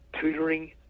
tutoring